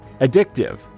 addictive